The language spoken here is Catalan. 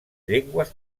llengües